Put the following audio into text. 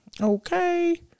Okay